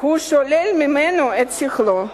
הוא שולל ממנו את שכלו.